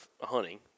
hunting